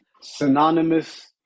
synonymous